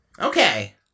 Okay